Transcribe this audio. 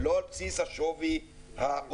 ולא על בסיס השווי ההוגן,